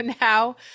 now